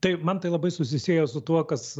taip man tai labai susisieja su tuo kas